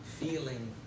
feeling